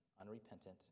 unrepentant